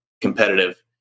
competitive